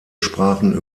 sprachen